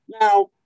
Now